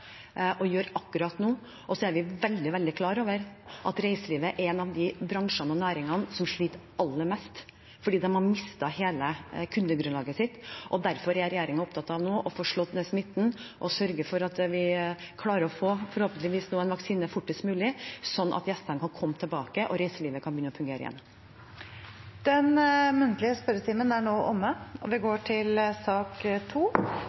akkurat nå. Så er vi veldig, veldig klar over at reiselivet er en av de bransjene og næringene som sliter aller mest, fordi de har mistet hele kundegrunnlaget sitt. Derfor er regjeringen opptatt av nå å få slått ned smitten og sørge for at vi forhåpentligvis klarer å få en vaksine fortest mulig, slik at gjestene kan komme tilbake, og reiselivet kan begynne å fungere igjen. Den muntlige spørretimen er nå omme. Det blir noen endringer i den oppsatte spørsmålslisten, og